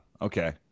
Okay